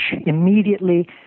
immediately